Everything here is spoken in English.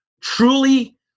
truly